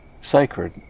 sacred